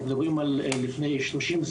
אם אנחנו מדברים על עשרים וחמש,